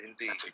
Indeed